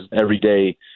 everyday